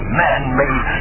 man-made